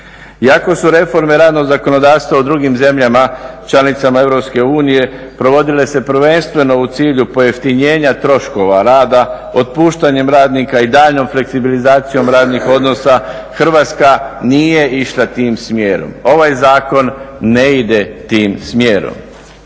Iako su reforme radnog zakonodavstva u drugim zemljama članicama Europske unije provodile se prvenstveno u cilju pojeftinjenja troškova rada, otpuštanjem radnika i daljnjom fleksibilizacijom radnih odnosa Hrvatska nije išla tim smjerom. Ovaj Zakon ne ide tim smjerom.